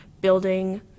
building